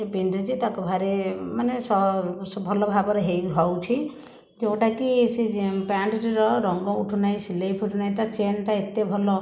ସେ ପିନ୍ଧେ ଯେ ତାକୁ ଭାରି ମାନେ ସ ସବୁ ଭଲ ଭାବରେ ହେଇ ହେଉଛି ଯେଉଁଟାକି ସେ ପ୍ୟାଣ୍ଟଟିର ରଙ୍ଗ ଉଠୁନାହିଁ ସିଲେଇ ଫିଟୁନାହିଁ ତା ଚେନ୍ ଟା ଏତେ ଭଲ